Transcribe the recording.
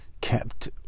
kept